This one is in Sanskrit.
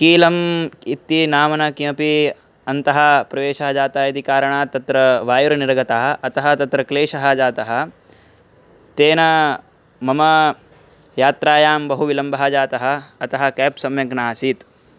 कीलम् इति नाम्ना किमपि अन्तः प्रवेशः जातः इति कारणात् तत्र वायर् निरगतः अतः तत्र क्लेशः जातः तेन मम यात्रायां बहु विलम्बः जातः अतः केब् सम्यक् नासीत्